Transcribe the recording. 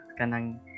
Kanang